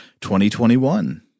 2021